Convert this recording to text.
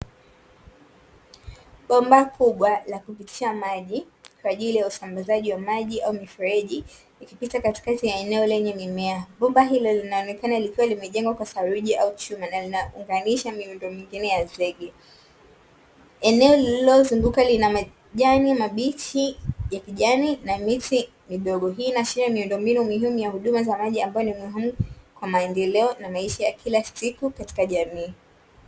Bomba kubwa la kupitisha maji kwa ajili ya usambazaji wa maji au mifereji ikipita katitati ya eneo lenye mimea, bomba hilo linaonekana likiwa limejengwa kwa saluji au chuma na linaunganisha miundo mingine ya zege. Eneo lililozunguka lina majani mabichi ya kijani na miti midogo, hii inaashiria miundombinu muhimu huduma za maji ambayo ni muhimu kwa maendeleo na maisha ya kila siku katika jamii.